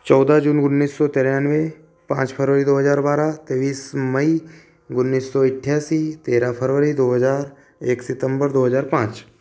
चौदह जून उन्नीस सौ तिरानवे पाँच फ़रवरी दो हज़ार बारह तेईस मई उन्नीस सौ अट्ठासी तेरह फ़रवरी दो हज़ार एक सितंबर दो हज़ार पाँच